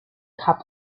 kap